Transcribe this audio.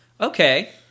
okay